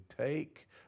take